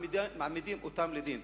מעמידים אותם לדין.